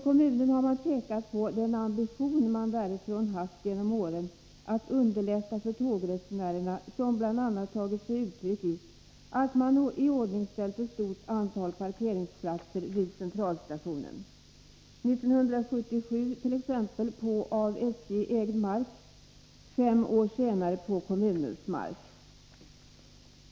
Kommunen har pekat på sin ambition genom åren att underlätta för tågresenärerna, vilket bl.a. har tagit sig uttryck i att man iordningställt ett stort antal parkeringsplatser vid centralstationen — t.ex. 1947 på av SJ ägd mark och fem år senare på kommunens mark.